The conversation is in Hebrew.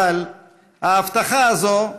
אבל ההבטחה הזאת,